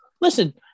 Listen